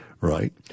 right